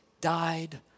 died